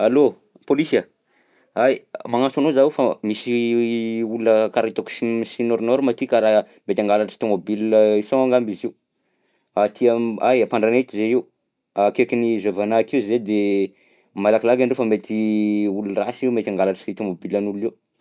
Allo! Pôlisy a? Ay, magnantso anao zaho fa misy olona karaha hitako sy m- sy nôrnôrma ty ka raha mety hangalatra tômôbila isaona angamba izy io. Aty am- ay! Ampandrana eto zahay io, akaikin'ny jovena akeo zahay de malakilaky andreo fa mety olon-drasy io mety hangalatra i tômôbilan'olona eo.